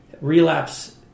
relapse